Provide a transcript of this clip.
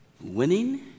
Winning